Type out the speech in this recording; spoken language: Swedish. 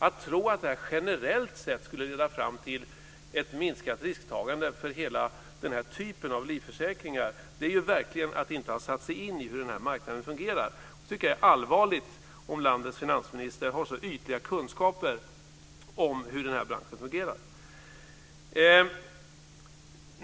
Att tro att detta generellt sett skulle leda fram till ett minskat risktagande för hela denna typ av livförsäkringar är verkligen att inte ha satt sig in i hur denna marknad fungerar. Jag tycker att det är allvarligt om landets finansminister har så ytliga kunskaper om hur denna bransch fungerar.